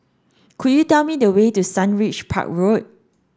could you tell me the way to Sundridge Park Road